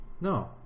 No